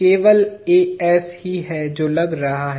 केवल ही है जो लग रहा है